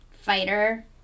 fighter